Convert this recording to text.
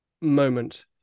moment